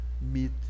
meet